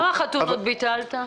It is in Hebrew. כמה חתונות ביטלת?